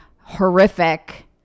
horrific